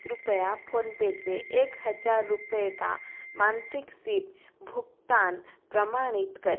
कृपया फोनपे से एक हज़ार रुपए का मांसिक सिप भुगतान प्रमाणित कर